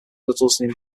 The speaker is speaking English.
resulting